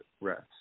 rest